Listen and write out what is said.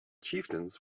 chieftains